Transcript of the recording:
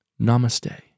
Namaste